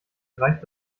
reicht